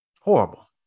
Horrible